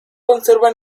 conserva